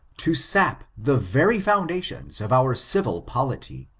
to sap the very foundations of our civil polity,